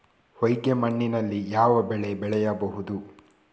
ಹೊಯ್ಗೆ ಮಣ್ಣಿನಲ್ಲಿ ಯಾವ ಬೆಳೆ ಬೆಳೆಯಬಹುದು?